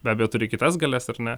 be abejo turi kitas galias ar ne